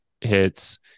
hits